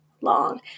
long